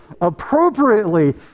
appropriately